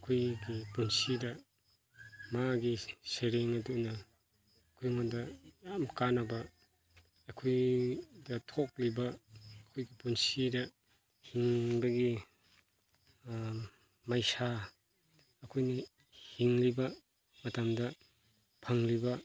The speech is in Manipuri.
ꯑꯩꯈꯣꯏꯒꯤ ꯄꯨꯟꯁꯤꯗ ꯃꯥꯒꯤ ꯁꯩꯔꯦꯡ ꯑꯗꯨꯅ ꯑꯩꯈꯣꯏꯗ ꯌꯥꯝ ꯀꯥꯟꯅꯕ ꯑꯩꯈꯣꯏꯗ ꯊꯣꯛꯂꯤꯕ ꯑꯩꯈꯣꯏꯒꯤ ꯄꯨꯟꯁꯤꯗ ꯍꯤꯡꯕꯒꯤ ꯃꯩꯁꯥ ꯑꯩꯈꯣꯏꯅ ꯍꯤꯡꯂꯤꯕ ꯃꯇꯝꯗ ꯐꯪꯂꯤꯕ